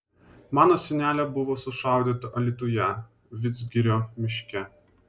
mano senelė buvo sušaudyta alytuje vidzgirio miške